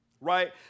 Right